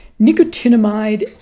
nicotinamide